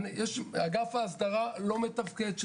אגף ההסדרה לא מתפקד.